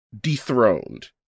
dethroned